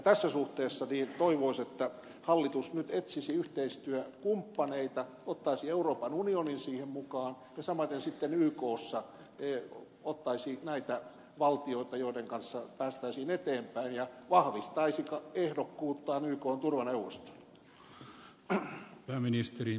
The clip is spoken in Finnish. tässä suhteessa toivoisi että hallitus nyt etsisi yhteistyökumppaneita ottaisi euroopan unionin siihen mukaan ja samaten sitten ykssa ottaisi mukaan näitä valtioita joiden kanssa päästäisiin eteenpäin ja vahvistaisi suomen ehdokkuutta ykn turvaneuvostoon